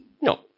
No